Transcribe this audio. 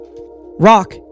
Rock